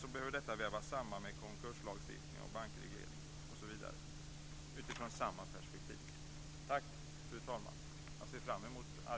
Detta behöver vävas samman med konkurslagstiftning och bankreglering, osv., utifrån samma perspektiv. Jag ser framemot att arbetet kommer i gång.